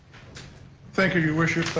thank you, your worship.